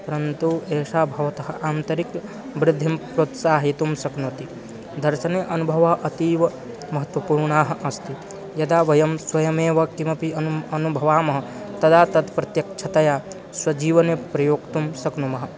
परन्तु एषा भवतः आन्तरिकवृद्धिं प्रोत्साहयितुं शक्नोति दर्शने अनुभवः अतीवमहत्त्वपूर्णः अस्ति यदा वयं स्वयमेव किमपि अनुम् अनुभवामः तदा तत् प्रत्यक्षतया स्वजीवने प्रयोक्तुं शक्नुमः